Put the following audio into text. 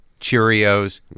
Cheerios